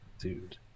Dude